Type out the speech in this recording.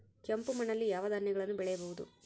ಕೆಂಪು ಮಣ್ಣಲ್ಲಿ ಯಾವ ಧಾನ್ಯಗಳನ್ನು ಬೆಳೆಯಬಹುದು?